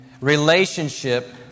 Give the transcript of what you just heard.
relationship